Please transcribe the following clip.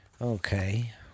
Okay